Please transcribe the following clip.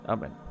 Amen